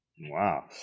Wow